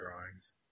drawings